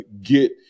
get